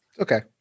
Okay